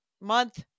Month